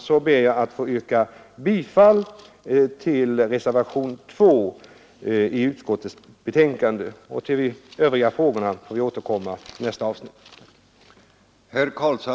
Jag ber att få yrka bifall till reservationen 2. Till de övriga frågorna i betänkandet får vi återkomma under nästa avsnitt av debatten.